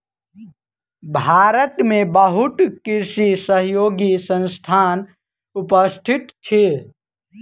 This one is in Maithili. भारत में बहुत कृषि सहयोगी संस्थान उपस्थित अछि